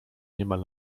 niemal